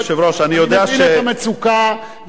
אני מבין את המצוקה ואני יודע כמה,